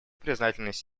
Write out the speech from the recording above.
признательность